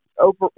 over